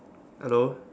hello